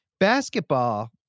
basketball